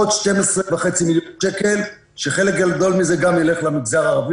עוד 12.5 מיליון שקל שחלק גדול מזה ילך למגזר הערבי